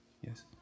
yes